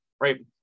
right